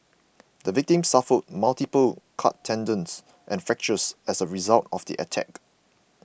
the victim suffered multiple cut tendons and fractures as a result of the attack